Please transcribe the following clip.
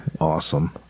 Awesome